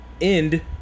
end